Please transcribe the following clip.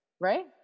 Right